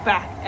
Back